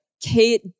kate